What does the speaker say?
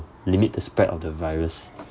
limit the spread of the virus